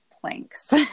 planks